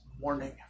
morning